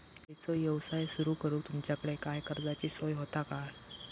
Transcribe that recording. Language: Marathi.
खयचो यवसाय सुरू करूक तुमच्याकडे काय कर्जाची सोय होता काय?